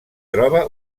troba